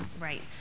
Right